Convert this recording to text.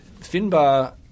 Finbar